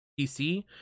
PC